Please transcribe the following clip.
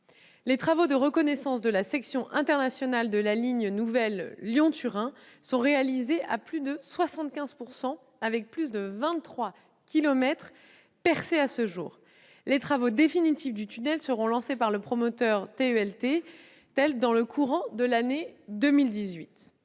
Les travaux de reconnaissance de la section internationale de la ligne nouvelle Lyon-Turin sont réalisés à plus de 75 %, avec plus de 23 kilomètres percés à ce jour. Les travaux définitifs du tunnel seront lancés par le promoteur TELT dans le courant de l'année 2018.